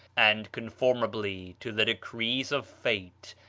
and, conformably to the decrees of fate,